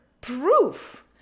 proof